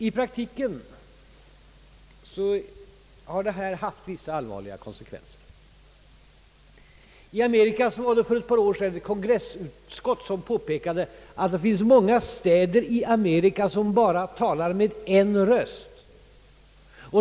I praktiken har detta haft vissa allvarliga konsekvenser. I Amerika påpekade ett kongressutskott för några år sedan, att det fanns många städer i Amerika som »bara talade med en röst».